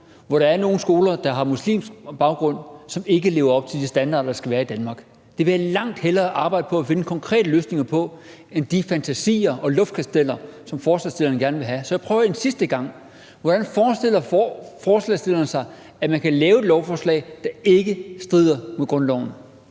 hvor der er nogle skoler, der har muslimsk baggrund, som ikke lever op til de standarder, der skal være i Danmark. Jeg vil langt hellere arbejde på at finde konkrete løsninger på det end de fantasier og luftkasteller, som forslagsstillerne har. Så jeg prøver en sidste gang: Hvordan forestiller forslagsstillerne sig, at man kan lave et lovforslag, der ikke strider mod grundloven?